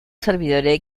servidor